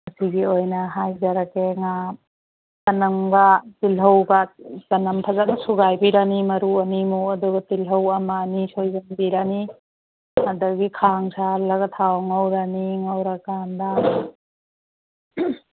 ꯑꯁꯤꯒꯤ ꯑꯣꯏꯅ ꯍꯥꯏꯖꯔꯛꯀꯦ ꯉꯥ ꯆꯅꯝꯒ ꯇꯤꯜꯍꯧꯒ ꯆꯅꯝ ꯐꯖꯅ ꯁꯨꯒꯥꯏꯕꯤꯔꯅꯤ ꯃꯔꯨ ꯑꯅꯤꯃꯨꯛ ꯑꯗꯨꯒ ꯇꯤꯜꯍꯧ ꯑꯃ ꯑꯅꯤ ꯁꯣꯏꯖꯟꯕꯤꯔꯅꯤ ꯑꯗꯒꯤ ꯈꯥꯡ ꯁꯥꯍꯜꯂꯒ ꯊꯥꯎ ꯉꯧꯔꯅꯤ ꯉꯧꯔ ꯀꯥꯟꯗ